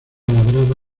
labrada